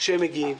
שהם מגיעים.